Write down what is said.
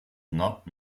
not